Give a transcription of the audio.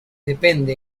depende